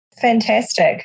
Fantastic